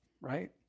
right